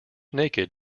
naked